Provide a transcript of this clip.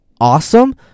awesome